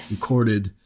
recorded